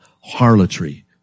harlotry